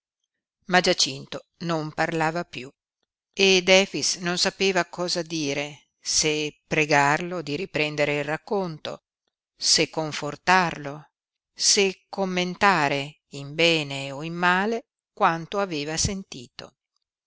ma giacinto non parlava piú ed efix non sapeva cosa dire se pregarlo di riprendere il racconto se confortarlo se commentare in bene o in male quanto aveva sentito